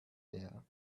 there